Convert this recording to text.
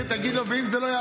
תודה רבה.